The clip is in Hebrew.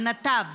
הנתב